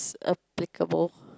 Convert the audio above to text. applicable